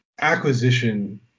acquisition